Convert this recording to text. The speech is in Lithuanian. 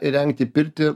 įrengti pirtį